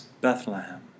Bethlehem